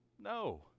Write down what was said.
No